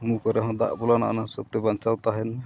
ᱢᱩ ᱠᱚᱨᱮ ᱦᱚᱸ ᱫᱟᱜ ᱵᱚᱞᱚᱱᱟ ᱚᱱᱟ ᱦᱤᱥᱟᱹᱵ ᱛᱮ ᱵᱟᱧᱪᱟᱣ ᱛᱟᱦᱮᱱ ᱢᱮ